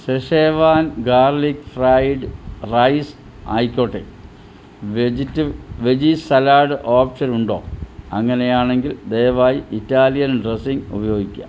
schezwan garlic fried rice ആയിക്കോട്ടെ വെജിറ്റ് veggie salad ഓപ്ഷനുണ്ടോ അങ്ങനെയാണെങ്കിൽ ദയവായി ഇറ്റാലിയൻ ഡ്രസ്സിംഗ് ഉപയോഗിക്കുക